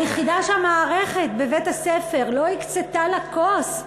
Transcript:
היחידה שהמערכת בבית-הספר לא הקצתה לה כוס,